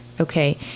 okay